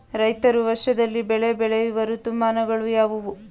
ರೈತರು ವರ್ಷದಲ್ಲಿ ಬೆಳೆ ಬೆಳೆಯುವ ಋತುಮಾನಗಳು ಯಾವುವು?